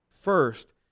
first